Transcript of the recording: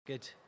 Good